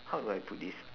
how do I put this